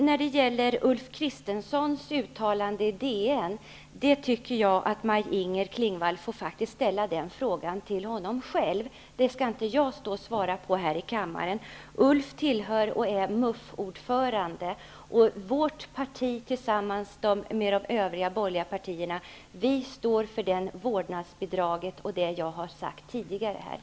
Nyheter, tycker jag faktiskt att Maj-Inger Klingvall får ställa frågor till honom själv om den. Jag skall inte stå här i kammaren och svara på frågor om den. Ulf Kristersson är MUF-ordförande. Moderaterna står tillsammans med övriga borgerliga partier bakom det som jag har sagt om vårdnadsbidrag.